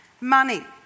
Money